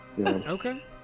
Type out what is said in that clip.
Okay